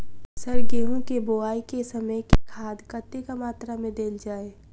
Sir गेंहूँ केँ बोवाई केँ समय केँ खाद कतेक मात्रा मे देल जाएँ?